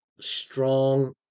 strong